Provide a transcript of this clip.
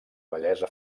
bellesa